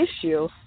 issue